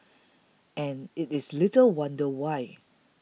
and it is little wonder why